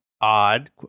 odd